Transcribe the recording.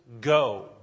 Go